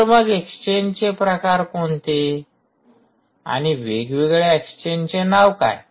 तर मग एक्सचेंजचे प्रकार कोणते आणि वेगवेगळ्या एक्सचेंजचे नाव काय